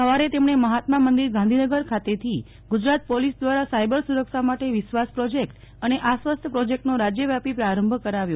સવારે તેમણએ મહાત્મા મંદિર ગાંધીનગર ખાતેથી ગુજરાત પોલીસ દ્રારા સાયબર સુ રક્ષા માટે વિશ્વાસ પ્રોજેક્ટ અને આશ્વસ્ત પ્રોજેક્ટનો રાજવ્યાપી આરંભ કરાવ્યો